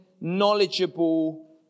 knowledgeable